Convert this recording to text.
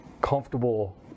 comfortable